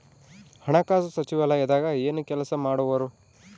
ಹಣಕಾಸು ಸಚಿವಾಲಯದಾಗ ಏನು ಕೆಲಸ ಮಾಡುವರು?